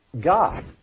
God